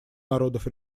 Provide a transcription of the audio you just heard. народов